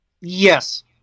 Yes